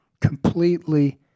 completely